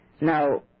Now